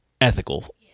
ethical